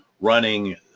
running